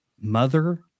mother